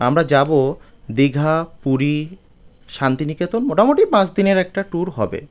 আমরা যাবো দীঘা পুরী শান্তিনিকেতন মোটামুটি পাঁচ দিনের একটা ট্যুর হবে